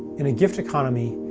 in a gift economy,